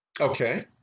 Okay